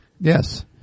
Yes